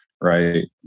right